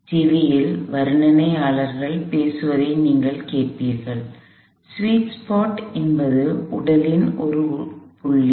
டிவியில் வர்ணனையாளர்கள் பேசுவதை நீங்கள் கேட்பீர்கள் ஸ்வீட் ஸ்பாட் என்பது உடலின் ஒரு புள்ளி